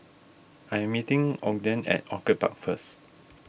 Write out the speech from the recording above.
I am meeting Ogden at Orchid Park first